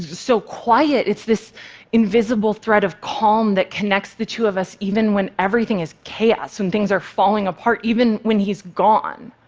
so quiet, it's this invisible thread of calm that connects the two of us even when everything is chaos, when things are falling apart, even when he's gone.